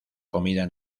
comida